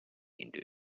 into